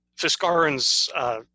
Fiskarins